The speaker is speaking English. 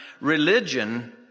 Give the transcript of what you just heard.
Religion